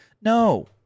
No